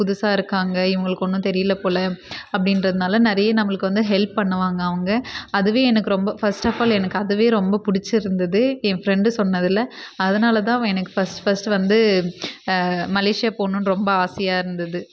புதுசாக இருக்காங்க இவங்களுக்கு ஒன்றும் தெரியல போல் அப்படின்றதுனால நறைய நம்மளுக்கு வந்து ஹெல்ப் பண்ணுவாங்க அவங்க அதுவே எனக்கு ரொம்ப ஃபர்ஸ்ட் ஆஃப் ஆல் எனக்கு அதுவே ரொம்ப பிடிச்சி இருந்துது என் ஃப்ரெண்டு சொன்னதில் அதனால தான் எனக்கு ஃபர்ஸ்ட் ஃபர்ஸ்ட் வந்து மலேஷியா போணுன்னு ரொம்ப ஆசையாக இருந்தது